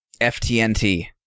FTNT